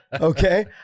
Okay